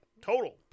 total